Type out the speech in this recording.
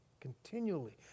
continually